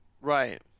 Right